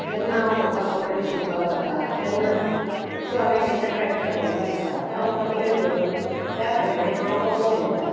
जेन्ना हांव म्हाका कपडे शिंवपाक वता तेन्ना असो हांवें केन्नाय पेटर्न पळयल्लों आसता तो हांव तकलेंत धरून त्या प्रमाणे हांव कपडो घेता